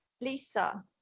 Lisa